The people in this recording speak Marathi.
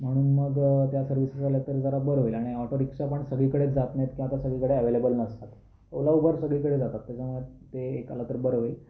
म्हणून मग त्या सर्विसेस जर आल्यात तर जरा बरं होईल आणि ऑटो रिक्षा पण सगळीकडे जात नाहीत कारण ते सगळीकडे अवैलेबल नसतात ओला उबर सगळीकडे जातात त्याच्यामुळे ते एक आलं तर बरं होईल